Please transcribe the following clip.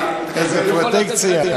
יש לי איזו פרוטקציה.